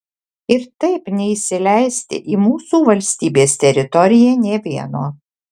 ir taip neįsileisti į mūsų valstybės teritoriją nė vieno